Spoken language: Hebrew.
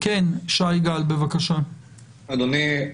אדוני,